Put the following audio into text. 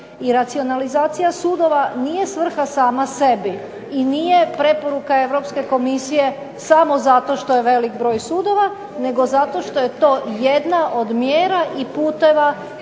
I racionalizacija sudova nije svrha sama sebi i nije preporuka Europske komisije samo zato što je velik broj sudova, nego zato što je to jedna od mjera i puteva